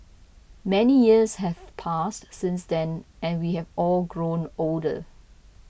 many years have passed since then and we have all grown older